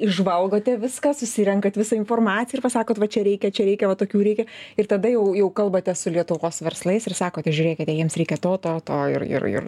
išžvalgote viską susirenkat visą informaciją ir pasakot va čia reikia čia reikia va tokių reikia ir tada jau jau kalbate su lietuvos verslais ir sakote žiūrėkite jiems reikia to to to ir ir ir